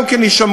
גם כן תישמר.